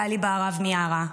גלי בהרב מיארה,